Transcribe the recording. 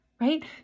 right